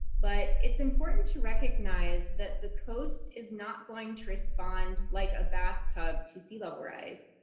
but it's important to recognize that the coast is not going to respond like a bathtub to sea level rise.